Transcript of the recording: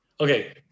Okay